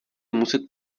muset